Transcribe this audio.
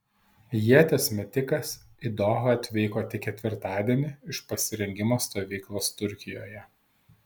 ieties metikas į dohą atvyko tik ketvirtadienį iš pasirengimo stovyklos turkijoje